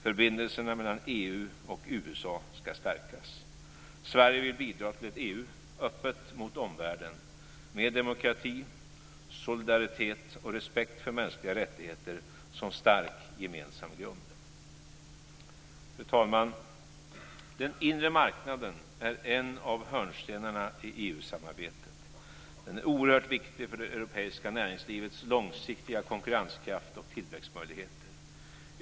Förbindelserna mellan EU och USA ska stärkas. Sverige vill bidra till ett EU öppet mot omvärlden, med demokrati, solidaritet och respekt för mänskliga rättigheter som stark gemensam grund. Fru talman! Den inre marknaden är en av hörnstenarna i EU-samarbetet. Den är oerhört viktig för det europeiska näringslivets långsiktiga konkurrenskraft och tillväxtmöjligheter.